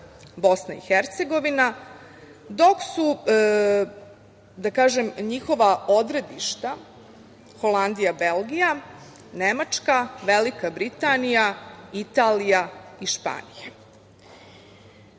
BiH, dok su, da kažem, njihova odredišta Holandija, Belgija, Nemačka, Velika Britanija, Italija i Španija. Putevi